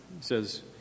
says